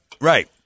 Right